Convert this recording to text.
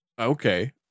Okay